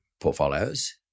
portfolios